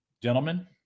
gentlemen